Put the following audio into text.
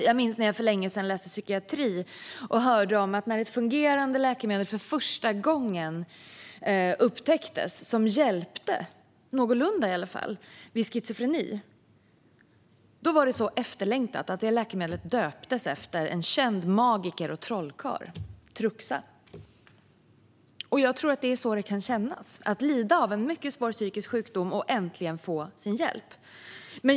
Jag minns när jag för länge sedan läste psykiatri och hörde om när ett fungerande läkemedel för första gången upptäcktes som, i alla fall någorlunda, hjälpte mot schizofreni. Läkemedlet var så efterlängtat att det döptes efter en känd magiker och trollkarl, Truxa. Jag tror att det är så det kan kännas att lida av en mycket svår psykisk sjukdom och äntligen få sin hjälp.